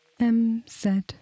MZ